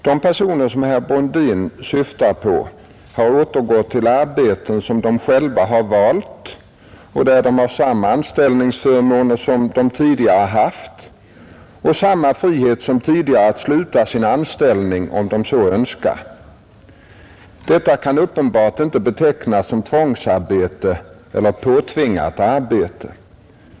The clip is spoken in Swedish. De personer som herr Brundin syftar på har återgått till arbeten som de själva har valt och där de har samma anställningsförmåner som de tidigare haft och samma frihet som tidigare att sluta sin anställning om de så önskar. Detta kan uppenbart inte betecknas som tvångsarbete eller påtvingat arbete.